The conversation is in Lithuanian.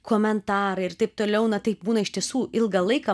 komentarai ir taip toliau na taip būna ištisų ilgą laiką